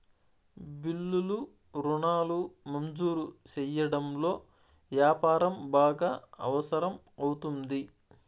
బిల్లులు రుణాలు మంజూరు సెయ్యడంలో యాపారం బాగా అవసరం అవుతుంది